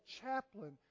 chaplain